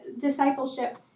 discipleship